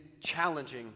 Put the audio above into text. challenging